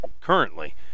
currently